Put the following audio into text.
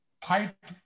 pipe